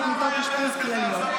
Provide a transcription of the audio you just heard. בגליל יש למעלה מ-1,500 מיטות אשפוז כלליות,